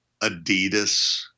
adidas